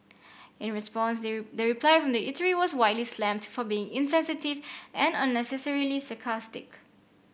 in response the the reply from the eatery was widely slammed for being insensitive and unnecessarily sarcastic